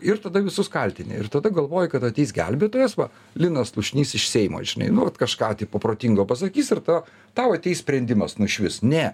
ir tada visus kaltini ir tada galvoji kad ateis gelbėtojas va linas slušnys iš seimo žinai nu vat kažką tipo protingo pasakys ir ta tau ateis sprendimas nušvis ne